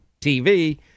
TV